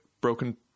broken